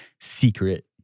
secret